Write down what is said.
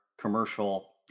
commercial